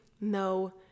no